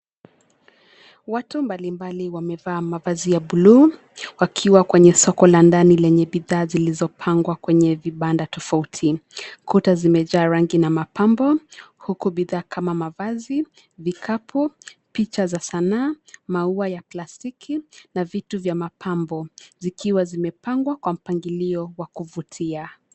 Watu mbalimbali wamevaa mavazi ya bluu wakiwa kwenye soko la ndani lenye bidhaa zilizopangwa kwenye vibanda tofauti. Kuta zimejaa rangi na mapambo huku bidhaa kama mavazi, vikapu, picha za sanaa, maua ya plastiki na vitu vya mapambo zikiwa zimepangwa kwa mpangilio wa kuvutia.